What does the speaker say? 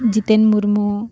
Jiten Murmu